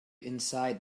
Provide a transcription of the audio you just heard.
inside